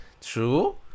True